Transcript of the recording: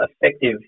effective